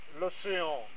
l'océan